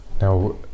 Now